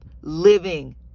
living